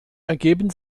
ergeben